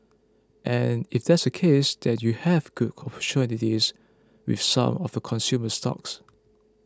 and if that's the case that you have good opportunities with some of the consumer stocks